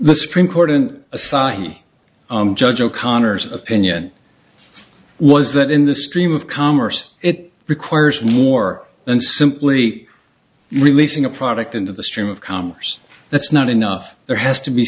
the supreme court and assign judge o'connor's opinion was that in the stream of commerce it requires more than simply releasing a product into the stream of commerce that's not enough there has to be